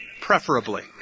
preferably